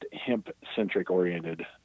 hemp-centric-oriented